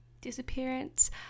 disappearance